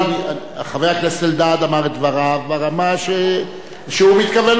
חבר הכנסת אלדד אמר את דבריו ברמה שהוא מתכוון לומר אותם,